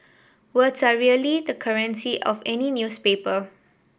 words are really the currency of any newspaper